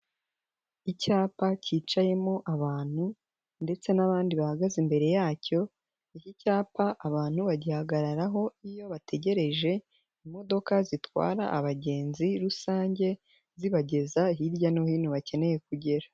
Icyapa cyicayemo abantu ndetse n'abandi bahagaze imbere yacyo, iki cyapa abantu bagihagararaho iyo bategereje imodoka zitwara abagenzi rusange, zibageza hirya no hino bakeneye kugera.